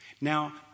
Now